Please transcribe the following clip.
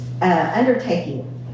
undertaking